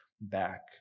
back